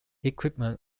equipment